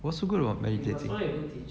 what's so good about meditating